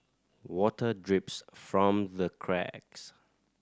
water drips from the cracks